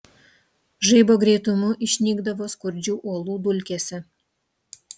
žaibo greitumu išnykdavo skurdžių uolų dulkėse